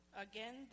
Again